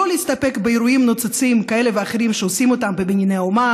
לא להסתפק באירועים נוצצים כאלה ואחרים שעושים בבנייני האומה